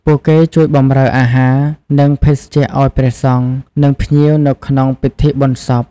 ពួកគេជួយបម្រើអាហារ និងភេសជ្ជៈឲ្យព្រះសង្ឃ និងភ្ញៀវនៅក្នុងពិធីបុណ្យសព។